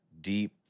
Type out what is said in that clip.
deep